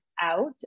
out